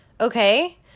okay